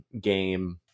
game